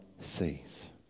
sees